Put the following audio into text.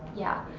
yeah.